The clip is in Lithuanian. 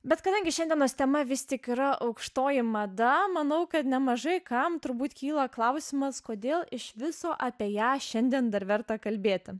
bet kadangi šiandienos tema vis tik yra aukštoji mada manau kad nemažai kam turbūt kyla klausimas kodėl iš viso apie ją šiandien dar verta kalbėti